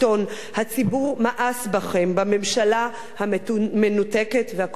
הציבור מאס בכם, בממשלה המנותקת והכושלת הזו.